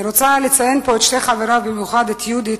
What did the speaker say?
אני רוצה לציין פה את שני חבריו, במיוחד את יהודית